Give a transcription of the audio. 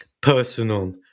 personal